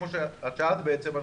כמו ששאלת בעצם,